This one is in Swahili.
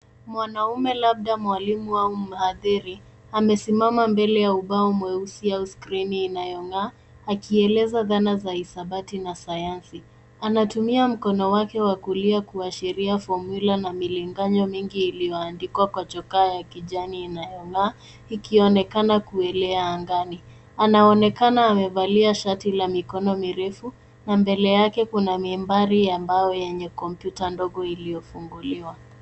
Mwanaume labda mwalimu au mhadhiri amesimama mbele ya ubao mweusi au skrini inayong'aa akieleza dhana za hisabati na sayansi. Anatumia mkono wake wa kulia kuashiria fomula na milinganyo mingi iliyoandikwa kwa choka ya kijani inayong'aa ikionekana kuelea angani. Anaonekana amevalia shati la mikono mirefu na mbele yake kuna miambari yenye kompyuta ndogo iliyofunguliwa.